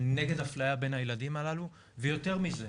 אני נגד אפליה בין הילדים הללו, ויותר מזה,